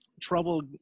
trouble